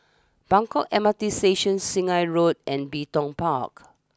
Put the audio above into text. Buangkok M R T Station Sungei Road and Bin Tong Park